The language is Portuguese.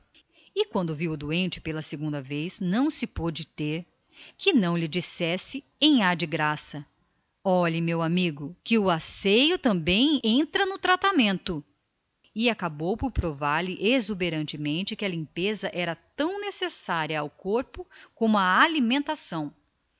e quando viu o doente pela segunda vez não se pôde ter que lhe não dissesse olhe lá meu amigo que o asseio também faz parte do tratamento e acabou provando que a limpeza não era menos necessária ao corpo do que a alimentação